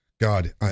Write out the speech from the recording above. god